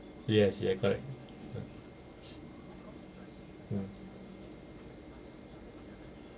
yes you are correct mm